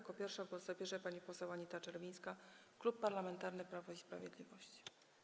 Jako pierwsza głos zabierze pani poseł Anita Czerwińska, Klub Parlamentarny Prawo i Sprawiedliwość.